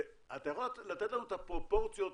אתה יכול לתת לנו את הפרופורציות?